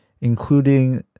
including